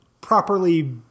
properly